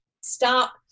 Stop